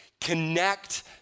connect